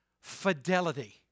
fidelity